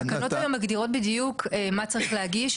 התקנות האל המגדירות בדיוק מה צריך להגיש,